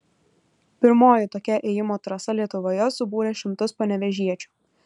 pirmoji tokia ėjimo trasa lietuvoje subūrė šimtus panevėžiečių